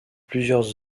plusieurs